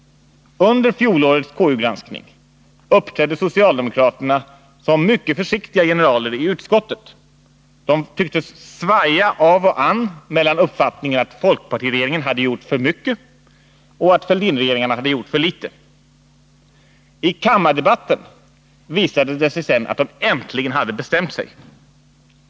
Under fjolårets KU-granskning uppträdde socialdemokraterna som mycket försiktiga generaler i utskottet — de tycktes svaja av och an mellan uppfattningen att folkpartiregeringen hade gjort för mycket och att Fälldinregeringarna hade gjort för litet. I kammardebatten visade det sig sedan att de äntligen hade bestämt sig.